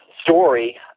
story